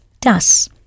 Das